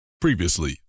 previously